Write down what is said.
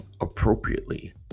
appropriately